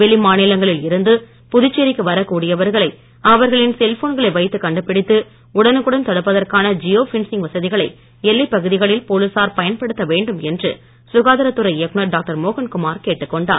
வெளிமாநிலங்களில் இருந்து புதுச்சேரிக்கு வரக்கூடியவர்களை அவர்களின் செல்போன்களை வைத்துக் கண்டுபிடித்து உடனுக்குடன் தடுப்பதற்கான ஜியோ பென்சிங் வசதிகளை எல்லைப் பகுதிகளில் போலீசார் பயன்படுத்த வேண்டும் என்று சுகாதாரத் துறை இயக்குனர் டாக்டர் மோகன்குமார் கேட்டுக் கொண்டார்